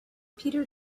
peter